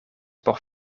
por